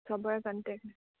চবৰে কণ্টেক্ট